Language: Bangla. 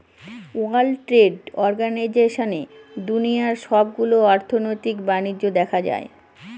ওয়ার্ল্ড ট্রেড অর্গানাইজেশনে দুনিয়ার সবগুলো অর্থনৈতিক বাণিজ্য দেখা হয়